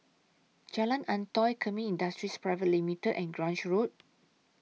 Jalan Antoi Kemin Industries Private Limited and Grange Road